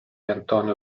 antonio